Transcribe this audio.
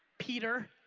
peter.